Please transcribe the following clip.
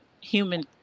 human